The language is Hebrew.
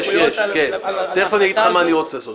יש, תכף אני אגיד לך מה אני רוצה לעשות.